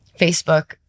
Facebook